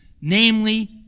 namely